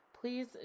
please